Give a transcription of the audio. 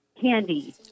candy